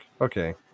okay